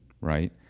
right